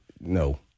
No